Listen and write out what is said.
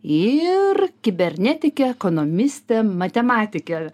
ir kibernetikė ekonomistė matematikė